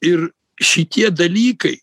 ir šitie dalykai